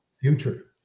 future